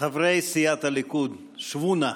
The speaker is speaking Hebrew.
חברי סיעת הליכוד, שבו נא.